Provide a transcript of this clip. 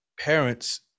parents